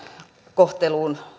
kohteluun